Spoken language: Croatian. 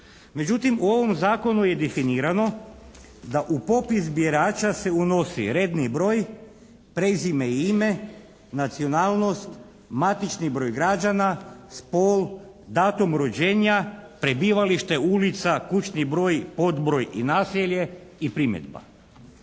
Međutim, u ovom zakonu je definirano da u popis birača se unosi redni broj, prezime i ime, nacionalnost, matični broj građana, spol, datum rođenja, prebivalište, ulica, kućni broj, podbroj i naselje i primjedba.